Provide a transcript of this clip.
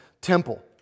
temple